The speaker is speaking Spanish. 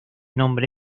nombre